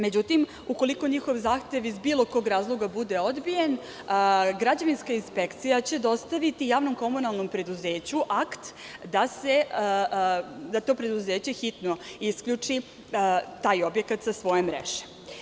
Međutim, ukoliko njihov zahtev iz bilo kog razloga bude odbijen, građevinska inspekcija će dostaviti javnom komunalnom preduzeću akt da to preduzeće hitno isključi taj objekat sa svoje mreže.